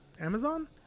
Amazon